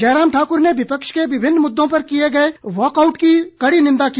जयराम ठाक्र ने विपक्ष के विभिन्न मुद्दों पर किए गए वाकआउट की कड़ी निंदा की